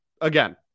again